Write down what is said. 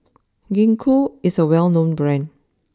Gingko is a well known Brand